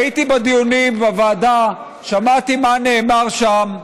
הייתי בדיונים בוועדה, שמעתי מה נאמר שם.